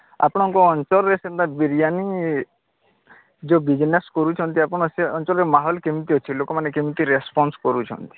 ଆପଣଙ୍କ ଅଞ୍ଚଳରେ ସେନ୍ତା ବିରିୟାନୀ ଯେଉଁ ବିଜନେସ୍ କରୁଛନ୍ତି ଆପଣ ସେ ଅଞ୍ଚଳରେ ମାହଲ କେମିତି ଅଛି ଲୋକମାନେ କେମିତି ରେସ୍ପନ୍ସ କରୁଛନ୍ତି